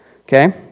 okay